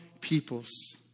peoples